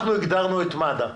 אנחנו הגדרנו את מד"א.